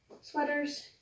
sweaters